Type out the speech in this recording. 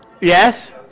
Yes